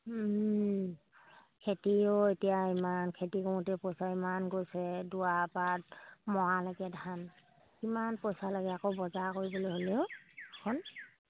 খেতিও এতিয়া ইমান খেতি কৰোতে পইচা ইমান গৈছে দোৱা পৰা মৰালৈকে ধান কিমান পইচা লাগে আকৌ বজাৰ কৰিবলৈ হ'লেও এইখন